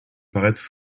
paraître